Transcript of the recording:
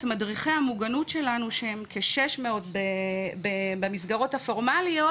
מדריכי המוגנות שלנו שהם כ-600 במסגרות הפורמליות,